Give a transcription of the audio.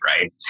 right